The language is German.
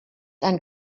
ein